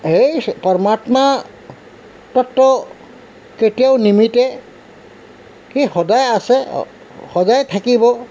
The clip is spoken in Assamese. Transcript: সেই পৰ্মাত্মাটো কেতিয়াও নিমিতে সি সদায় আছে সদায় থাকিব